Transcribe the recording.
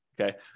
Okay